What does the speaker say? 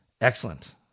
Excellent